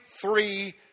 Three